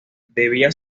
debía